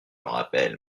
rappelle